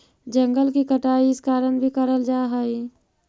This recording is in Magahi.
जंगल की कटाई इस कारण भी करल जा हई